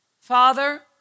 Father